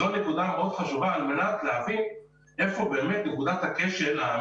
זו נקודה מאוד חשובה על מנת להבין איפה באמת נקודת הכשל.